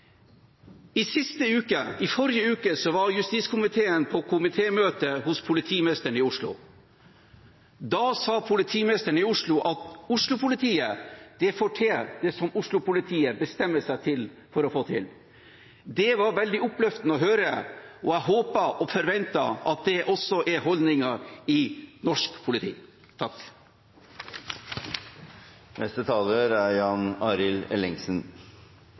I forrige uke var justiskomiteen på komitémøte hos politimesteren i Oslo. Da sa politimesteren i Oslo at Oslo-politiet får til det som Oslo-politiet bestemmer seg for å få til. Det var veldig oppløftende å høre, og jeg håper og forventer at det også er holdningen i norsk politi. Jeg får slutte meg til de andre som har sagt at dette er